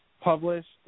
published